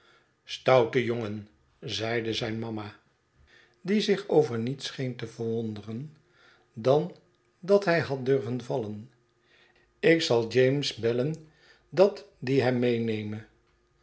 mama die zich over niets scheen te verwonderen dan dat hij had durven vallen ik zal james bellen dat die hem meeneme